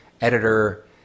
editor